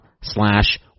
slash